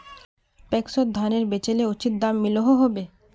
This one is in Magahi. पैक्सोत धानेर बेचले उचित दाम मिलोहो होबे?